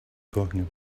talking